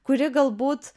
kuri galbūt